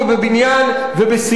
כי הם נמצאים כאן,